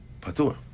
patur